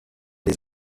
des